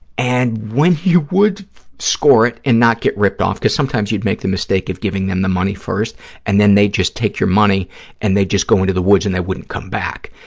and when you would score it and not get ripped off, because sometimes you'd make the mistake of giving them the money first and then they'd just take your money and they'd just go into the woods and they wouldn't come back,